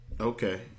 Okay